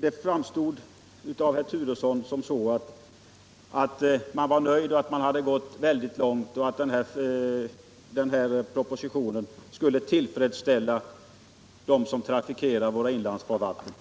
Det framgick av herr Turessons anförande att man ansåg sig ha gått långt och att propositionen skulle tillfredsställa dem som trafikerar våra inlandsfarvatten.